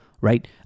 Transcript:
right